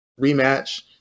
rematch